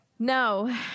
No